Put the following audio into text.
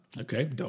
Okay